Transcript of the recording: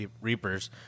Reapers